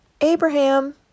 Abraham